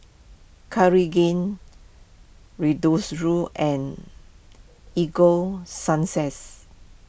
Cartigain Redoxon and Ego Sunsense